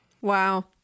Wow